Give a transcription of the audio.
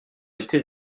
été